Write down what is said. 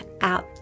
out